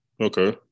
Okay